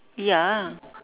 ya